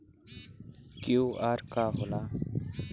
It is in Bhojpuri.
क्यू.आर का होला?